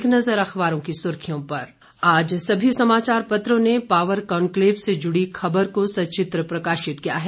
एक नज़र अखबारों की सुर्खियों पर आज समी समाचार पत्रों ने पावर कॉन्क्लेव से जुड़ी खबर को सचित्र प्रकाशित किया है